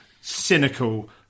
cynical